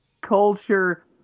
culture